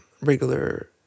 regular